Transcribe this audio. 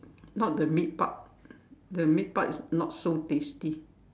not the meat part the meat part is not so tasty